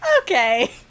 okay